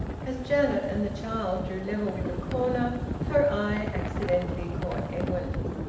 as janet and the child drew level with the corner her eye accidentally caught edwin's.